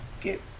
get